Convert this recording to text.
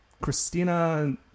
Christina